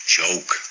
joke